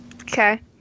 Okay